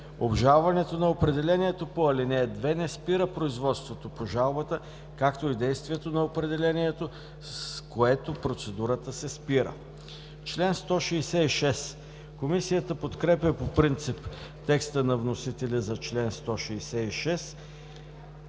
Обжалването на определението по ал. 2 не спира производството по жалбата, както и действието на определението, с което процедурата се спира.“ Комисията подкрепя по принцип текста на вносителя и предлага